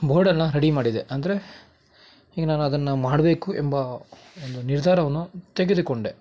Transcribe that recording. ಬೋರ್ಡನ್ನು ರೆಡಿ ಮಾಡಿದೆ ಅಂದರೆ ಈಗ ನಾನು ಅದನ್ನು ಮಾಡಬೇಕು ಎಂಬ ಒಂದು ನಿರ್ಧಾರವನ್ನು ತೆಗೆದುಕೊಂಡೆ